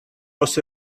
was